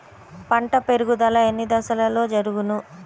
పంట పెరుగుదల ఎన్ని దశలలో జరుగును?